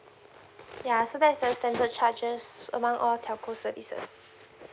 yeah so that's the standard charges among all telco services